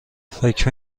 فکر